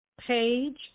page